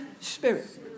spirit